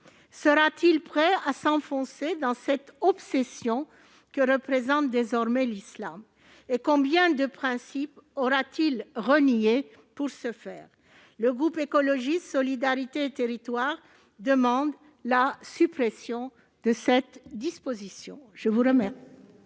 Sera-t-il prêt à s'enfoncer dans cette obsession que représente désormais l'islam ? Et combien de principes aura-t-il reniés, pour ce faire ? Par conséquent, le groupe Écologiste - Solidarité et Territoires demande la suppression de cette disposition. L'amendement